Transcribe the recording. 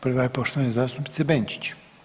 Prva je poštovane zastupnice Benčić.